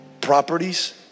properties